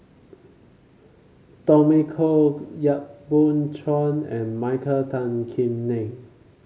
Tommy Koh Yap Boon Chuan and Michael Tan Kim Nei